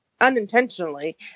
unintentionally